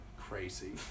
crazy